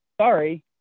sorry